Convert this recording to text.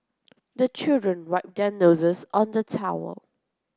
the children wipe their noses on the towel